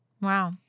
Wow